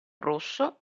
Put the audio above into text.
rosso